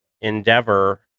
Endeavor